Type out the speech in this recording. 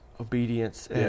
obedience